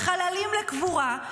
החללים לקבורה,